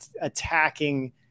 attacking